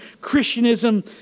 Christianism